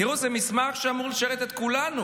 תראו, זה מסמך שאמור לשרת את כולנו.